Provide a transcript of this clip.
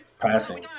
passing